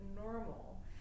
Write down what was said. normal